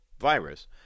virus